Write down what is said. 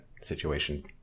situation